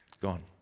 Gone